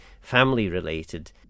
family-related